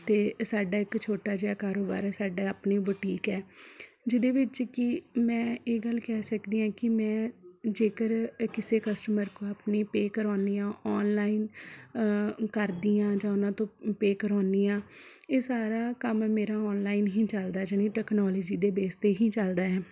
ਅਤੇ ਸਾਡਾ ਇੱਕ ਛੋਟਾ ਜਿਹਾ ਕਾਰੋਬਾਰ ਸਾਡਾ ਆਪਣੀ ਬੁਟੀਕ ਹੈ ਜਿਹਦੇ ਵਿੱਚ ਕਿ ਮੈਂ ਇਹ ਗੱਲ ਕਹਿ ਸਕਦੀ ਐਂ ਕਿ ਮੈਂ ਜੇਕਰ ਕਿਸੇ ਕਸਟਮਰ ਕੋਲ ਆਪਣੀ ਪੇ ਕਰਾਵਾਉਨੀ ਹਾਂ ਔਨਲਾਈਨ ਕਰਦੀ ਹਾਂ ਜਾਂ ਉਹਨਾਂ ਤੋਂ ਪੇ ਕਰਾਵਾਉਨੀ ਹਾਂ ਇਹ ਸਾਰਾ ਕੰਮ ਮੇਰਾ ਔਨਲਾਈਨ ਹੀ ਚੱਲਦਾ ਜਾਨੀ ਟੈਕਨੋਲਜੀ ਦੇ ਬੇਸ 'ਤੇ ਹੀ ਚੱਲਦਾ ਹੈ